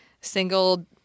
single